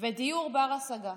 ודיור בר-השגה,